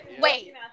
Wait